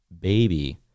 baby